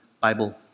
Bible